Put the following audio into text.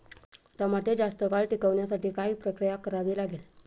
टमाटे जास्त काळ टिकवण्यासाठी काय प्रक्रिया करावी लागेल?